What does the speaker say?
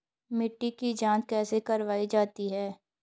मिट्टी की जाँच कैसे करवायी जाती है?